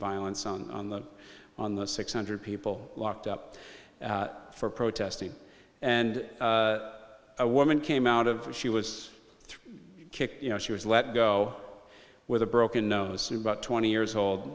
violence on the on the six hundred people locked up for protesting and a woman came out of she was kicked you know she was let go with a broken nose about twenty years old